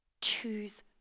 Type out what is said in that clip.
Choose